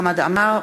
חמד עמאר,